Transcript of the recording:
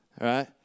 right